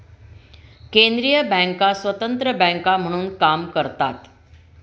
केंद्रीय बँका स्वतंत्र बँका म्हणून काम करतात